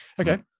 Okay